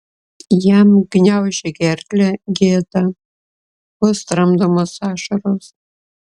jam gniaužė gerklę gėda vos tramdomos ašaros